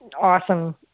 awesome